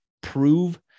prove